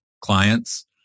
clients